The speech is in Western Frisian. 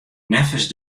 neffens